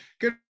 good